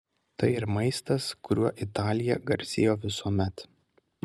tai ir maistas kuriuo italija garsėjo visuomet